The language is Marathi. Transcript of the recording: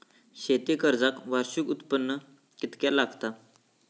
शेती कर्जाक वार्षिक उत्पन्न कितक्या लागता?